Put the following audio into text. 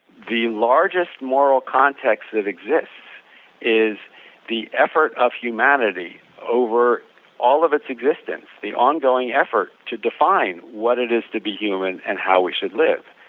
the largest moral context that exist is the effort of humanity over all of its existence, the ongoing effort to define what it is to be human and how we should live,